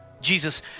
Jesus